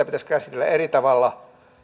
pitäisi käsitellä eri tavalla